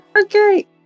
Okay